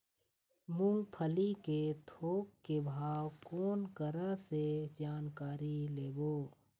मूंगफली के थोक के भाव कोन करा से जानकारी लेबो?